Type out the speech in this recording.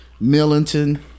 Millington